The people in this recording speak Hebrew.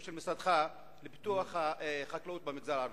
של משרדך לפיתוח החקלאות במגזר הערבי.